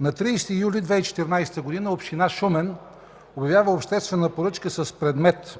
На 30 юли 2014 г. община Шумен обявява обществена поръчка с предмет: